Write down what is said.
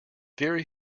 very